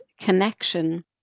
connection